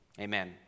Amen